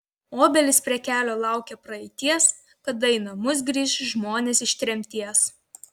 obelys prie kelio laukia praeities kada į namus grįš žmonės iš tremties